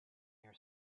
your